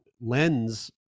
lens